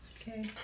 Okay